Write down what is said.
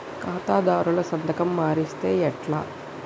ఖాతాదారుల సంతకం మరిస్తే ఎట్లా?